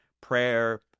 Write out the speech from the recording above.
prayer